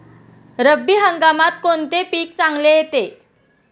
रब्बी हंगामात कोणते पीक चांगले येते?